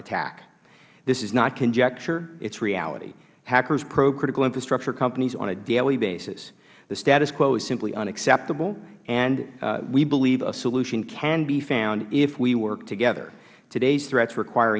attack this is not conjecture it is reality hackers probe critical infrastructure companies on a daily basis the status quo is simply unacceptable and we believe a solution can be found if we work together today's threats require